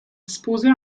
disposées